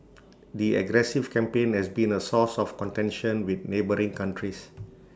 the aggressive campaign has been A source of contention with neighbouring countries